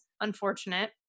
unfortunate